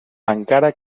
encara